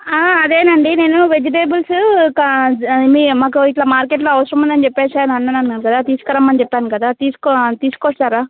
అదేనండి నేను వెజిటేబుల్స్ క జ మీ మాకు ఇట్లా మార్కెట్లో అవసరం ఉందని చెప్పేసి అన్నాను కదా తీసుకు రమ్మని చెప్పాను కదా తీసుకో తీసుకొచ్చారా